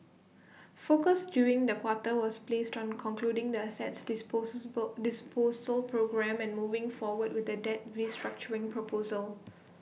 focus during the quarter was placed on concluding the assets disposal programme and moving forward with the debt restructuring proposal